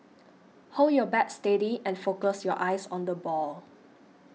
hold your bat steady and focus your eyes on the ball